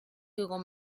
google